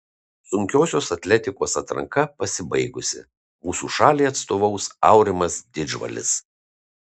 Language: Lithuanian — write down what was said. sunkiosios atletikos atranka pasibaigusi mūsų šaliai atstovaus aurimas didžbalis